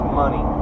money